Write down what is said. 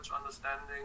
understanding